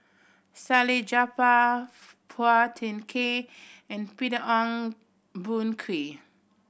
Salleh Japar Phua Thin Kiay and Peter Ong Boon Kwee